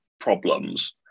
problems